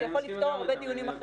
שיכול לפתור הרבה דיונים אחרים.